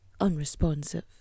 Unresponsive